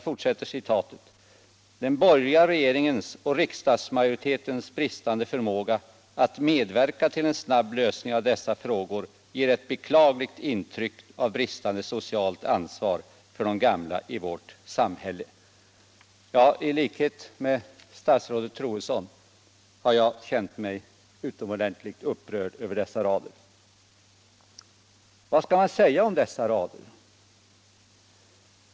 Det heter vidare: ”Den borgerliga regeringens och riksdagsmajoritetens bristande förmåga att medverka till en snabb lösning av dessa frågor ger ett beklagligt intryck av bristande socialt ansvar för de gamla i vårt samhälle.” I likhet med statsrådet Troedsson har jag känt mig utomordentligt upprörd över dessa rader. Vad skall man säga om dem?